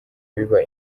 biba